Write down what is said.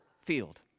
field